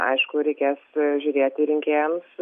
aišku reikės žiūrėti rinkėjams